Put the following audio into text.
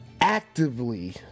actively